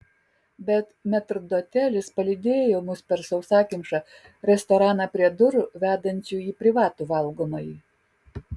bet metrdotelis palydėjo mus per sausakimšą restoraną prie durų vedančių į privatų valgomąjį